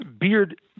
Beard